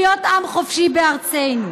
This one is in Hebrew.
להיות עם חופשי בארצנו.